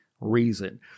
reason